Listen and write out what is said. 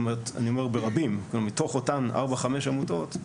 מתוך אותן ארבע-חמש עמותות,